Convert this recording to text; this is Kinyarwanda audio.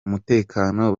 umutekano